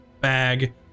bag